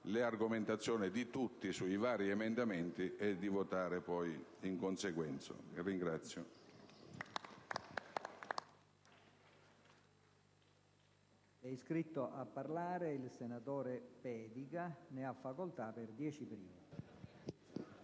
le argomentazioni di tutti sui vari emendamenti, e poi votino di conseguenza.